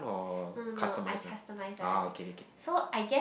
no no no I customize one so I guess